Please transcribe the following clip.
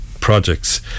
projects